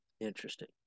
Interesting